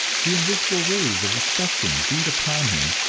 the invisible rays of the spectrum beat upon him,